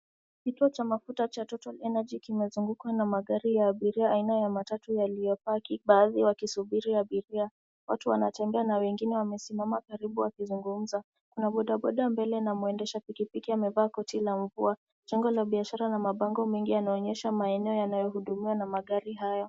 Kituo cha mafuta cha total energy kimezungukwa na magari ya abiria aina ya matatu yaliyopaki baadhi wakisubiri abiria. Watu wanatembea na wengine wamaesimama karibu wakizungumza. Kuna bodaboda mbele na mwendesha pikipiki amevaa koti la mvua. Jengo la biashara na mabango mengi yanaonyesha maeneo yanayohudumiwa na magari hayo.